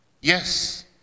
Yes